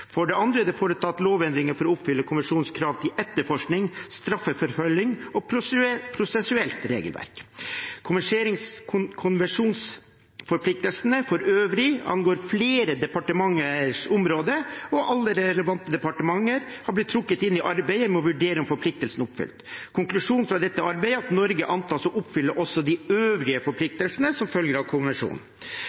For det andre er det foretatt lovendringer for å oppfylle konvensjonens krav til etterforskning, straffeforfølgning og prosessuelt regelverk. Konvensjonsforpliktelsene for øvrig angår flere departementers områder, og alle relevante departementer har blitt trukket inn i arbeidet med å vurdere om forpliktelsene er oppfylt. Konklusjonen fra dette arbeidet er at Norge antas å oppfylle også de øvrige forpliktelsene som følger av konvensjonen.